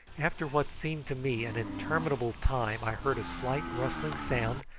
after what seemed to me an interminable time i heard a slight rustling sound,